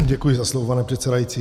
Děkuji za slovo, pane předsedající.